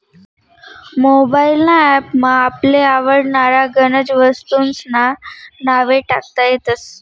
mobile ना app मा आपले आवडनारा गनज वस्तूंस्ना नावे टाकता येतस